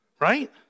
Right